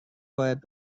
باید